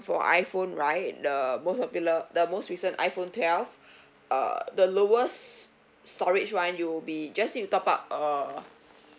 for iphone right the most popular the most recent iphone twelve uh the lowest storage [one] you'll be just need to top up uh